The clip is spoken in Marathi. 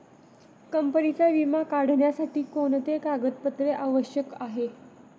कंपनीचा विमा काढण्यासाठी कोणते कागदपत्रे आवश्यक आहे?